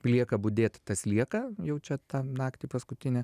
lieka budėt tas lieka jaučia tą naktį paskutinę